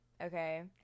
okay